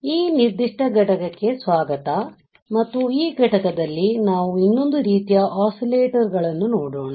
ಈ ನಿರ್ದಿಷ್ಟ ಘಟಕಕ್ಕೆ ಸ್ವಾಗತ ಮತ್ತು ಈ ಘಟಕದಲ್ಲಿ ನಾವು ಇನ್ನೊಂದು ರೀತಿಯ ಒಸ್ಸಿಲೇಟರ್ಅನ್ನು ನೋಡೋಣ